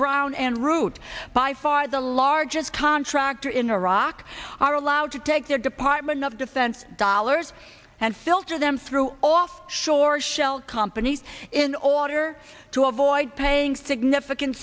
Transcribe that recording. brown and root by far the largest contractor in iraq are allowed to take their department of defense dollars and filter them through offshore shell companies in order to avoid paying significant